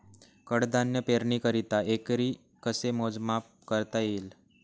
कडधान्य पेरणीकरिता एकरी कसे मोजमाप करता येईल?